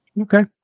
Okay